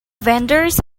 vendors